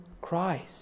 Christ